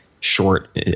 short